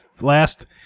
last